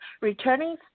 returning